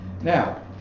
Now